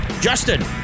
Justin